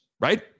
right